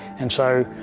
and so,